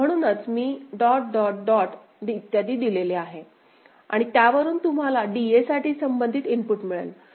तर म्हणूनच मी डॉट डॉट डॉट इत्यादी दिले आहे आणि त्यावरून तुम्हाला DA साठी संबंधित इनपुट मिळेल